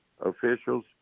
officials